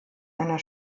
einer